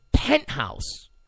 Penthouse